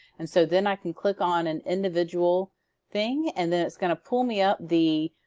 and so then i can click on an individual thing and then it's going to pull me up the